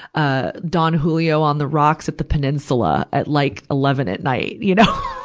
ah, don julio on the rocks at the peninsula at like eleven at night, you know,